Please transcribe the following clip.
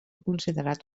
considerat